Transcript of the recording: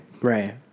right